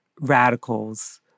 radicals